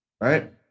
right